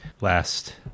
last